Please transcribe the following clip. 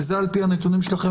וזה על פי הנתונים שלכם,